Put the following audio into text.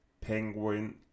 Penguin